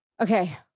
Okay